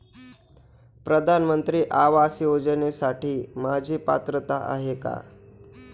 प्रधानमंत्री आवास योजनेसाठी माझी पात्रता आहे का?